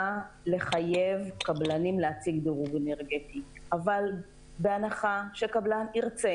לחייב קבלנים להציג דירוג אנרגטי אבל בהנחה שקבלן ירצה,